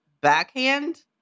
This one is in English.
backhand